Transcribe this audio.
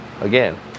Again